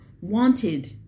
wanted